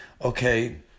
Okay